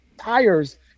tires